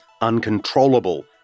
uncontrollable